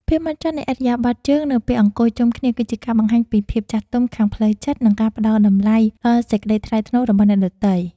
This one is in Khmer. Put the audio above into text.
ភាពហ្មត់ចត់នៃឥរិយាបថជើងនៅពេលអង្គុយជុំគ្នាគឺជាការបង្ហាញពីភាពចាស់ទុំខាងផ្លូវចិត្ត និង ការផ្តល់តម្លៃដល់សេចក្តីថ្លៃថ្នូររបស់អ្នកដទៃ។